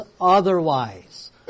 otherwise